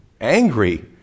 angry